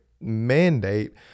mandate